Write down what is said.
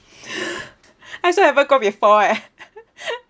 I also haven't go before eh